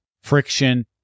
friction